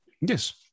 Yes